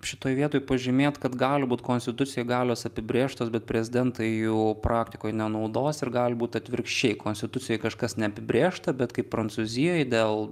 šitoj vietoj pažymėt kad gali būti konstitucijoj galios apibrėžtos bet prezidentai jų praktikoj nenaudos ir gali būti atvirkščiai konstitucijoje kažkas neapibrėžta bet kaip prancūzijoj dėl